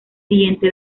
siguiente